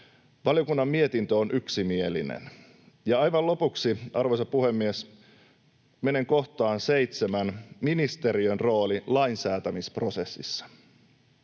Valiokunnan mietintö on yksimielinen. Aivan lopuksi, arvoisa puhemies, menen kohtaan seitsemän: ministeriön rooli lainsäätämisprosessissa.